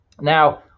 Now